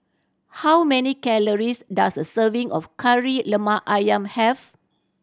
how many calories does a serving of Kari Lemak Ayam have